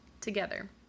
together